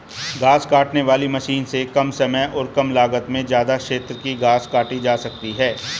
घास काटने वाली मशीन से कम समय और कम लागत में ज्यदा क्षेत्र की घास काटी जा सकती है